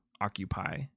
occupy